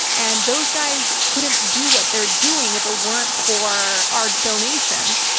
and those guys couldn't do what they're doing if it weren't for our donations,